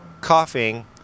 coughing